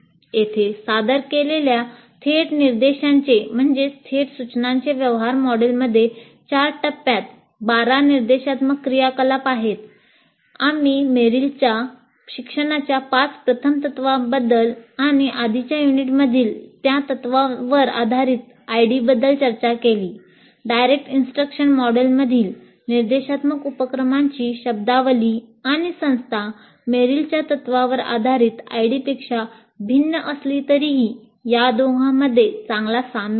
येथे सादर केलेल्या थेट निर्देशांचे व्यवहार मॉडेलमध्ये चार टप्प्यांत 12 निर्देशात्मक क्रियाकलाप आहेत निर्देशात्मक उपक्रमांची शब्दावली आणि संस्था मेरिलच्या तत्त्वांवर आधारित आयडीपेक्षा भिन्न असली तरीही या दोघांमध्ये चांगला साम्य आहे